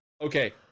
okay